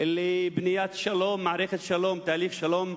לבניית שלום, מערכת שלום, תהליך שלום,